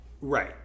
Right